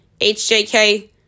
HJK